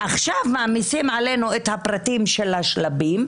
עכשיו מעמיסים עלינו את הפרטים של השלבים,